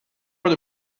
what